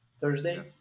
Thursday